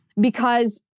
because-